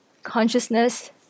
consciousness